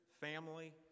family